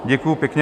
Děkuji pěkně.